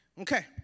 Okay